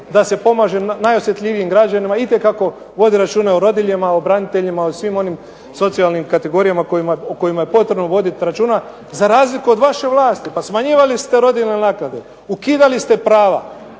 da se pomaže najosjetljivijim građanima itekako vodi računa o rodiljama, o braniteljima, o svim onim socijalnim kategorijama o kojima je potrebno voditi računa za razliku od vaše vlasti. Pa smanjivali ste rodiljne naknade. Ukidali ste prava.